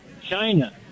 China